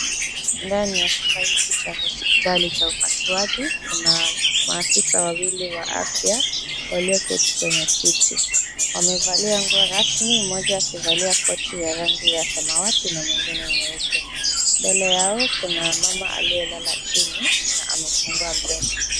Ndani ya chumba hiki cha ℎ𝑜𝑠𝑝𝑖𝑡𝑎𝑙𝑖 𝑐ℎ𝑎 upasuaji, kuna maafisa wawili wa afya, wa𝑙𝑖𝑜keti kwenye kiti, wamevalia nguo rasmi mmoja akivalia koti ya rangi ya samawati na mwengine nyeupe. Mbele yao kuna mama aliyelala chini na amefungua mdomo.